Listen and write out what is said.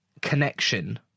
connection